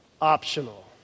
optional